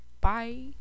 bye